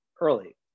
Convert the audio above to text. early